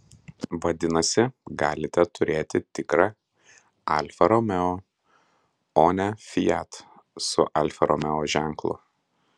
vadinasi galite turėti tikrą alfa romeo o ne fiat su alfa romeo ženklu